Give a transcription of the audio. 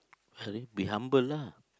be humble lah